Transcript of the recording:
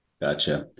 Gotcha